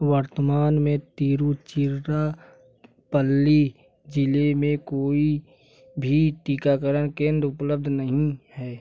वर्तमान में तीरुचिरा पल्ली ज़िले में कोई भी टीकाकरण केन्द्र उपलब्ध नहीं है